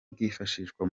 bwifashishwa